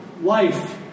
life